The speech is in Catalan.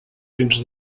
fins